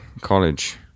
college